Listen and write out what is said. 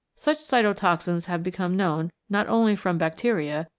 such cytotoxins have become known not only from bacteria,